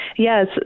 Yes